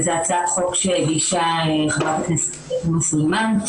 זו הצעת חוק שהגישה חברת הכנסת תומא סלימאן,